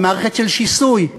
ומערכת של שיסוי.